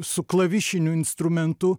su klavišiniu instrumentu